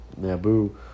Naboo